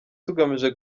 tugamije